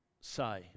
say